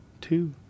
two